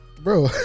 Bro